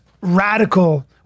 radical